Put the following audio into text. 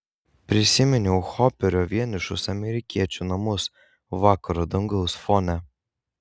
prisiminiau hoperio vienišus amerikiečių namus vakaro dangaus fone